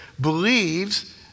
believes